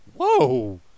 WHOA